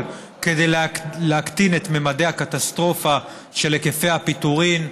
כדי להקטין את ממדי הקטסטרופה של היקפי הפיטורים,